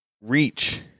reach